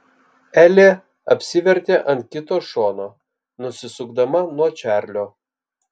elė apsivertė ant kito šono nusisukdama nuo čarlio